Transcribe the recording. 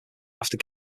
after